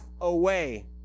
away